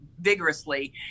vigorously